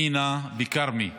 מינא וכרמי חסון,